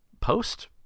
post